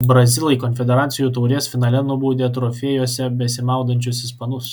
brazilai konfederacijų taurės finale nubaudė trofėjuose besimaudančius ispanus